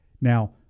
Now